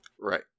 Right